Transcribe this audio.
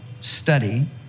study